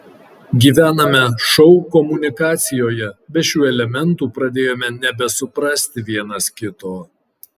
gyvename šou komunikacijoje be šių elementų pradėjome nebesuprasti vienas kito